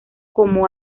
como